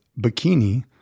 bikini